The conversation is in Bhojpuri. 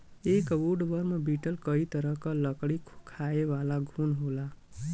एक वुडवर्म बीटल कई तरह क लकड़ी खायेवाला घुन होला